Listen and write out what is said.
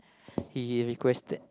he requested